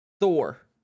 Thor